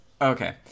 Okay